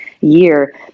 year